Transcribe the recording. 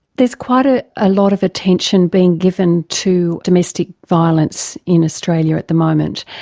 there's quite a ah lot of attention being given to domestic violence in australia at the moment,